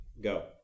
go